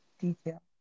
detail